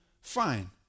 fine